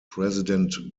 president